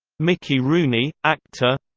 mickey rooney, actor